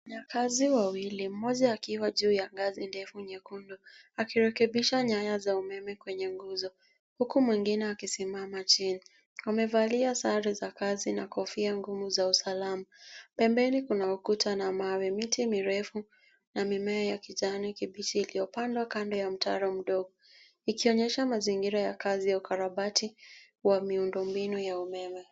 Wafanyakazi wawili mmoja akiwa juu ya ngazi ndefu nyekundu akirekebisha nyaya za umeme kwenye nguzo huku mwingine akisimama chini. Wamevalia sare za kazi na kofia ngumu za usalama. Pembeni kuna ukuta na mawe miti mirefu na mimea ya kijani kibichi iliyopandwa kando ya mtaro mdogo ikionyesha mazingira ua kazi ya ukarabati wa miundombinu ya umeme.